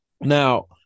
now